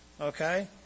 okay